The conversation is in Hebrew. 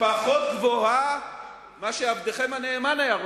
פחות גבוהה מאשר עבדכם הנאמן היה רוצה,